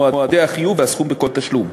מועדי החיוב והסכום בכל תשלום.